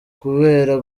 kubera